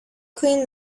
cleaned